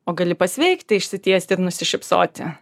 o gali pasveikti išsitiesti ir nusišypsoti